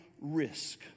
risk